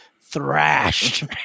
thrashed